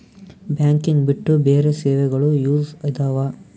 Banking ಬಿಟ್ಟು ಬೇರೆ ಸೇವೆಗಳು ಯೂಸ್ ಇದಾವ?